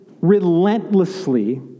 relentlessly